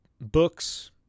books